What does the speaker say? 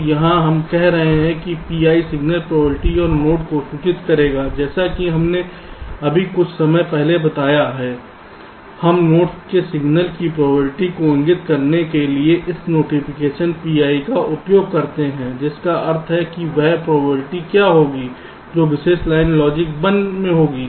तो यहाँ हम कह रहे हैं कि Pi सिग्नल प्रोबेबिलिटी और नोड को सूचित करेगा जैसा कि हमने अभी कुछ समय पहले बताया है हम नोड के सिग्नल की प्रोबेबिलिटी को इंगित करने के लिए इस नोटिफ़िकेशन Pi का उपयोग करते हैं जिसका अर्थ है कि वह प्रोबेबिलिटी क्या होगी जो विशेष लाइन लॉजिक 1 में होगी